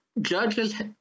judges